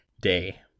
day